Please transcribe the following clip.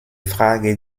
frage